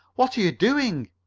what are you doing?